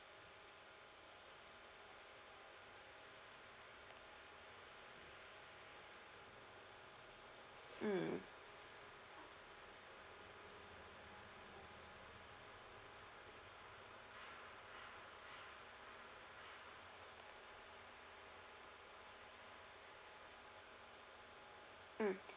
mm mm